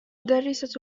مدرسة